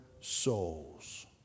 souls